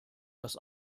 das